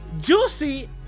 Juicy